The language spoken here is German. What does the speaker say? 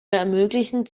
ermöglichen